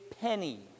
penny